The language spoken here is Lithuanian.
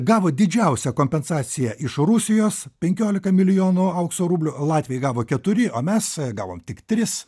gavo didžiausią kompensaciją iš rusijos penkiolika milijonų aukso rublių latviai gavo keturi o mes gavom tik tris